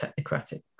technocratic